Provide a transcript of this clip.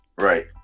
Right